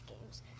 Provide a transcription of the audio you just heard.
games